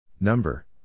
Number